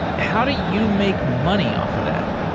how do you make money off of that?